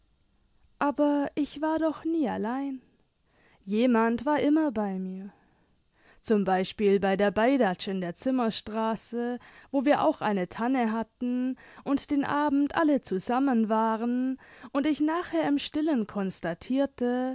aber ich war doch nie allein jemand war immer bei mir zum beispiel bei der beidatsch in der zimmerstraße wo wir auch eine tanne hatten und den abend alle zusammen waren und ich lachher im stillen